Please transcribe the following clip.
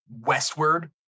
westward